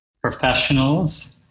professionals